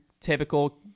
typical